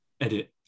edit